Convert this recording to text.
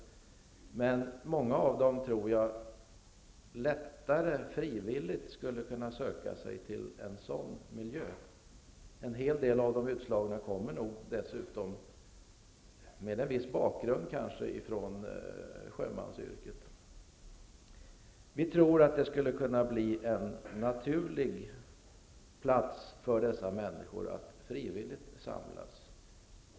Jag tror att många av dem lättare skulle söka sig frivilligt till en sådan miljö. En hel del av de utslagna kommer dessutom från sjömansyrket. Vi tror att det skulle kunna bli en naturlig plats för dessa människor att samlas på frivilligt.